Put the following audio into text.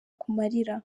akumarira